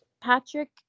Patrick